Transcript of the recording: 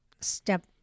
step